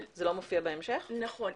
נכון,